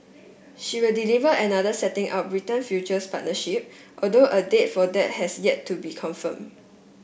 she will deliver another setting out Britain's future partnership although a date for that has yet to be confirmed